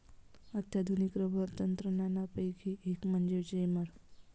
अत्याधुनिक रबर तंत्रज्ञानापैकी एक म्हणजे जेमर